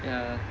ya